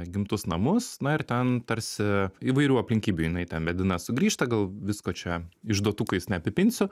gimtus namus na ir ten tarsi įvairių aplinkybių jinai ten vedina sugrįžta gal visko čia išduotukais neapipinsiu